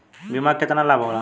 बीमा के केतना लाभ होला?